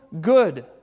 good